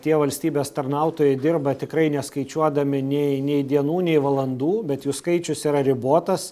tie valstybės tarnautojai dirba tikrai neskaičiuodami nei nei dienų nei valandų bet jų skaičius yra ribotas